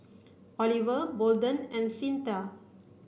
Oliver Bolden and Cyntha